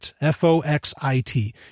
F-O-X-I-T